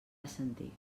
assentir